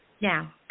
Now